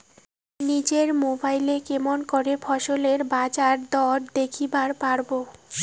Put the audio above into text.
নিজের মোবাইলে কেমন করে ফসলের বাজারদর দেখিবার পারবো?